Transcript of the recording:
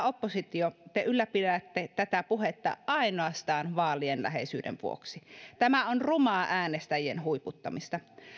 oppositio te ylläpidätte tätä puhetta ainoastaan vaalien läheisyyden vuoksi tämä on rumaa äänestäjien huiputtamista